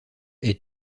est